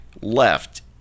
left